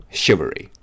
shivery